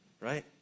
right